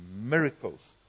miracles